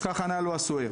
כך ענה לו הסוהר,